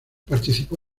participó